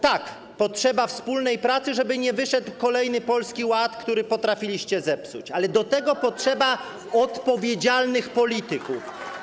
Tak, trzeba wspólnej pracy, żeby nie wyszedł kolejny Polski Ład, który potrafiliście zepsuć, ale do tego trzeba odpowiedzialnych polityków.